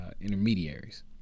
intermediaries